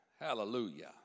Hallelujah